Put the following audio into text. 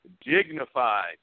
dignified